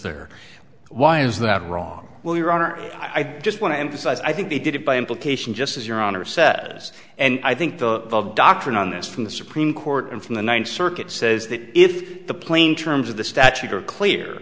is that wrong well your honor i just want to emphasize i think they did it by implication just as your honor says and i think the doctrine on this from the supreme court and from the ninth circuit says that if the plain terms of the statute are clear